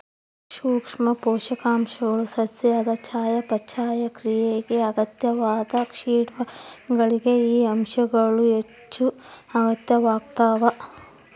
ಸೂಕ್ಷ್ಮ ಪೋಷಕಾಂಶಗಳು ಸಸ್ಯದ ಚಯಾಪಚಯ ಕ್ರಿಯೆಗೆ ಅಗತ್ಯವಾದ ಕಿಣ್ವಗಳಿಗೆ ಈ ಅಂಶಗಳು ಹೆಚ್ಚುಅಗತ್ಯವಾಗ್ತಾವ